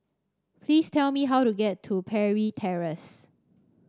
please tell me how to get to Parry Terrace